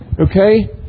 Okay